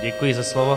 Děkuji za slovo.